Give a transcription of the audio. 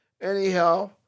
Anyhow